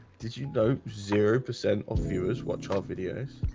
did you know zero percent of viewers watch our videos?